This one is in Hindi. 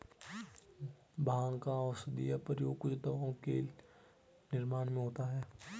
भाँग का औषधीय प्रयोग कुछ दवाओं के निर्माण में होता है